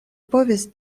povis